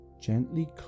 gently